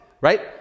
right